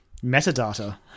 Metadata